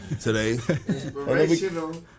today